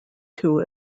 two